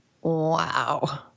Wow